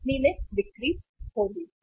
company ने बिक्री खो दी